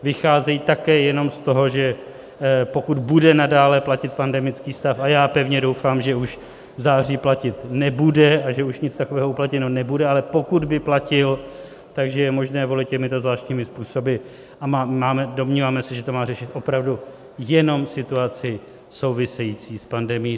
Vycházejí také jenom z toho, že pokud bude nadále platit pandemický stav, a já pevně doufám, že už v září platit nebude a že už nic takového uplatněno nebude, ale pokud by platil, tak že je možné volit těmito zvláštními způsoby, a domníváme se, že to má řešit opravdu jenom situaci související s pandemií.